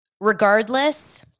Regardless